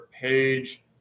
page